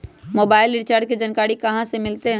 Mobile recharge के जानकारी कहा से मिलतै?